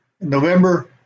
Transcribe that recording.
November